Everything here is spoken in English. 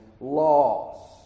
loss